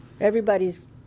everybody's